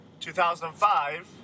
2005